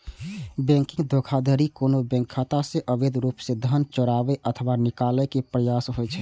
banking धोखाधड़ी कोनो bank खाता सं अवैध रूप सं धन चोराबै अथवा निकाले के प्रयास होइ छै